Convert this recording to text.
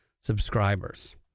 subscribers